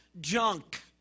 junk